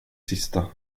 sista